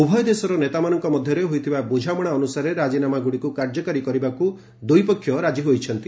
ଉଭୟ ଦେଶର ନେତାମାନଙ୍କ ମଧ୍ୟରେ ହୋଇଥିବା ବୁଝାମଣା ଅନୁସାରେ ରାଜିନାମାଗୁଡ଼ିକୁ କାର୍ଯ୍ୟକାରୀ କରିବାକୁ ଦୁଇପକ୍ଷ ରାଜି ହୋଇଛନ୍ତି